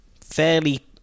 fairly